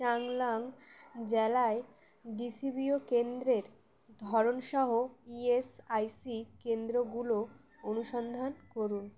চংলাং জ্যেলায় D C B O কেন্দ্রের ধরন সহ ই এস আই সি কেন্দ্রগুলো অনুসন্ধান করুন